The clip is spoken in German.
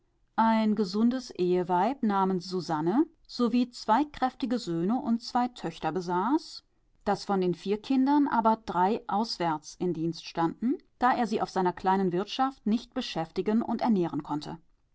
ein gesundes eheweib namens susanne sowie zwei kräftige söhne und zwei töchter besaß daß von den vier kindern aber drei auswärts in dienst standen da er sie auf seiner kleinen wirtschaft nicht beschäftigen und ernähren konnte